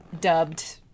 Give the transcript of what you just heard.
dubbed